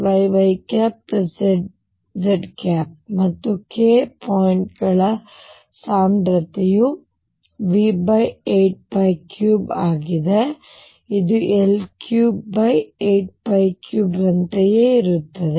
ಮತ್ತು k point ಗಳ ಸಾಂದ್ರತೆಯು V83 ಆಗಿದೆ ಇದು L383 ರಂತೆಯೇ ಇರುತ್ತದೆ